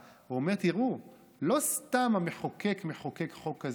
אומר: לא סתם המחוקק מחוקק חוק כזה.